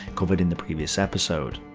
covered in the previous episode.